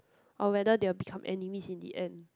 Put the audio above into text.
or whether they will become enemies in the end